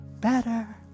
better